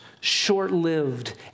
short-lived